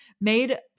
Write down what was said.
made